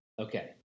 Okay